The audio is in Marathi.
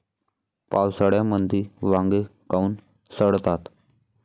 पावसाळ्यामंदी वांगे काऊन सडतात?